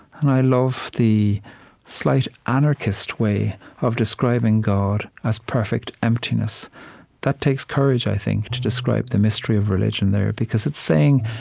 and i love the slight anarchist way of describing god as perfect emptiness that takes courage, i think, to describe the mystery of religion there, because it's saying,